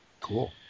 Cool